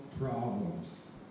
problems